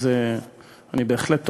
אז אני בהחלט תומך,